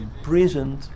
imprisoned